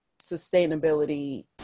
sustainability